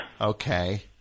Okay